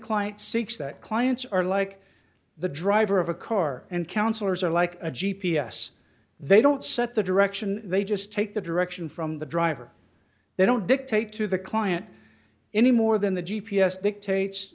client seeks that clients are like the driver of a car and counselors are like a g p s they don't set the direction they just take the direction from the driver they don't dictate to the client any more than the g p s dictates